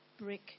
brick